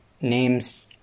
names